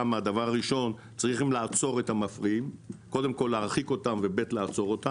צריכים לעצור להרחיק ושנית לעצור,